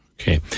Okay